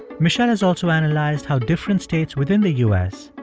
michele has also analyzed how different states within the u s.